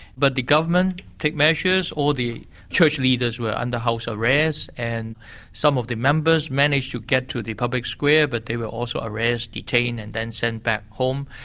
but the government take measures. all the church leaders were under house arrest and some of the members managed to get to the public square but they were also arrested, detained, and then sent back home.